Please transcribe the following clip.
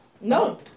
No